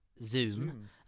Zoom